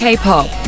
K-pop